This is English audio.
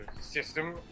system